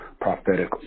Prophetic